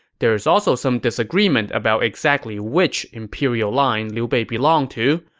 there is also some disagreement about exactly which imperial line liu bei belonged to,